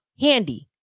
handy